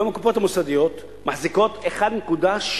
היום הקופות המוסדיות מחזיקות 1.2